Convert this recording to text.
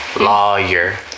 Lawyer